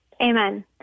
Amen